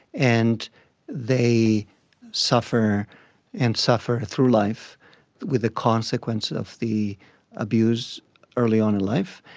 and they suffer and suffer through life with the consequence of the abuse early on in life,